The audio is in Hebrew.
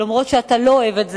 אף-על-פי שאתה לא אוהב את זה,